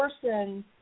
person